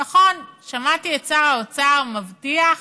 נכון, שמעתי את שר האוצר מבטיח